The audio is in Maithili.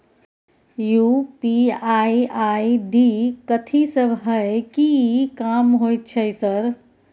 यु.पी.आई आई.डी कथि सब हय कि काम होय छय सर?